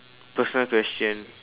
personal question